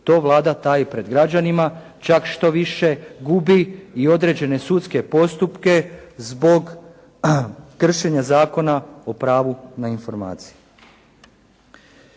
to Vlada taji pred građanima, čak štoviše gubi i određene sudske postupke zbog kršenja Zakona o pravu na informacije.